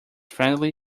friendly